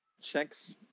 checks